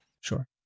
sure